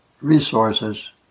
Resources